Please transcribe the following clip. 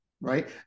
right